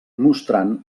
mostrant